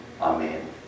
Amen